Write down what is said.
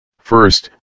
First